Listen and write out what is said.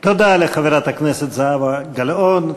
תודה לחברת הכנסת זהבה גלאון,